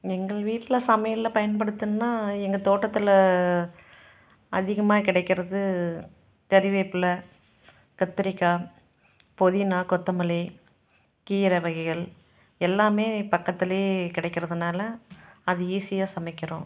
எங்கள் வீட்டில் சமையலில் பயன்படுத்துன்னால் எங்கள் தோட்டத்தில் அதிகமாக கிடைக்கிறது கருவேப்பிலை கத்திரிக்காய் புதினா கொத்தமல்லி கீரை வகைகள் எல்லாமே பக்கத்தில் கிடைக்கிறதுனால அது ஈஸியாக சமைக்கின்றோம்